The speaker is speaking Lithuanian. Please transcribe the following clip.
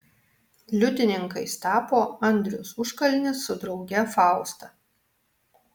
liudininkais tapo andrius užkalnis su drauge fausta